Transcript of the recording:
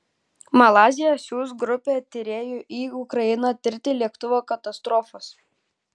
malaizija siųs grupę tyrėjų į ukrainą tirti lėktuvo katastrofos